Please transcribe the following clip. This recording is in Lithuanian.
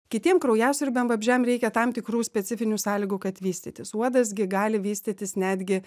kitiem kraujasiurbiam vabzdžiam reikia tam tikrų specifinių sąlygų kad vystytis uodas gi gali vystytis netgi